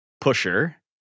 Pusher